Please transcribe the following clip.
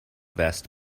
vest